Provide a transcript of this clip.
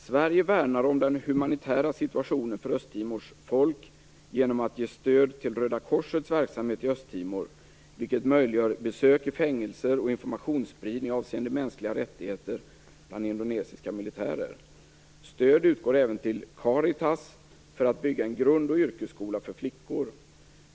Sverige värnar om den humanitära situationen för Östtimors folk genom att ge stöd till Röda korsets verksamhet i Östtimor, vilket möjliggör besök i fängelser och informationsspridning avseende mänskliga rättigheter bland indonesiska militärer. Stöd utgår även till Caritas för att bygga en grund och yrkesskola för flickor.